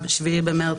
ריקה.